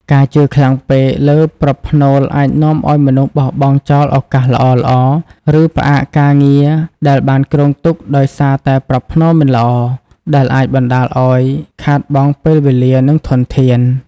ការជឿខ្លាំងពេកលើប្រផ្នូលអាចនាំឱ្យមនុស្សបោះបង់ចោលឱកាសល្អៗ ឬផ្អាកការងារដែលបានគ្រោងទុកដោយសារតែប្រផ្នូលមិនល្អ ដែលអាចបណ្តាលឱ្យខាតបង់ពេលវេលា និងធនធាន។